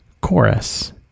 chorus